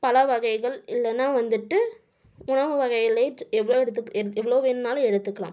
பழ வகைகள் இல்லைனா வந்துட்டு உணவு வகைகளை எவ்வளோ எடுத்து எவ்வளோ வேணும்னாலும் எடுத்துக்கலாம்